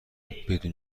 اینکه